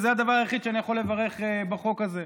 וזה הדבר היחיד שאני יכול לברך עליו בחוק הזה.